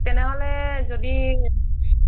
তেনেহ'লে যদি